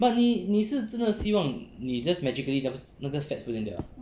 but 你是真的希望你 just magically just 那个 fats 不见掉 ah